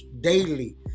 daily